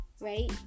right